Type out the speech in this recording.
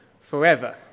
forever